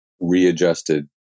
readjusted